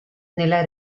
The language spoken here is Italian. nella